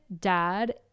dad